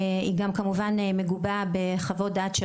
היא גם כמובן מגובה בחוות דעת.